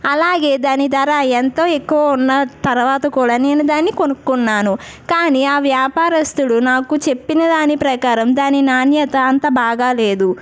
అలాగే దాని ధర ఎంతో ఎక్కువ ఉన్నా తర్వాత కూడా నేను దానిని కొనుక్కున్నాను కానీ ఆ వ్యాపారస్తుడు నాకు చెప్పిన దాని ప్రకారం దాని నాణ్యత అంత బాగా లేదు